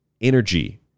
energy